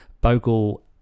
Bogle